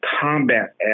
combat